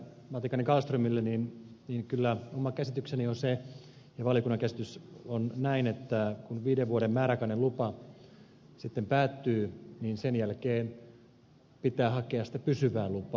matikainen kallströmille että kyllä oma käsitykseni on se ja valiokunnan käsitys että kun viiden vuoden määräaikainen lupa sitten päättyy niin sen jälkeen pitää hakea sitä pysyvää lupaa